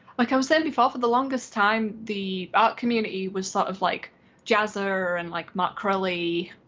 like um said before for the longest time the art community was sort of like jazza and like mark crilley.